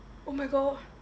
oh my god